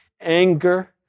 anger